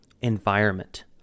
environment